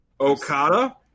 Okada